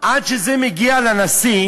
עד שזה מגיע לנשיא,